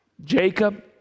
Jacob